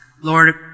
Lord